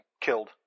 killed